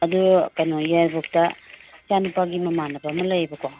ꯑꯗꯨ ꯀꯩꯅꯣ ꯌꯥꯏꯔꯤꯄꯣꯛꯇ ꯏꯆꯥ ꯅꯨꯄꯥꯒꯤ ꯃꯃꯥꯟꯅꯕ ꯑꯃ ꯂꯩꯌꯦꯕꯀꯣ